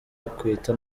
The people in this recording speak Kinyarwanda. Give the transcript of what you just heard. akwita